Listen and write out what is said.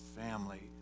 family